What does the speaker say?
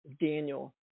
Daniel